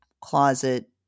closet